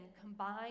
combine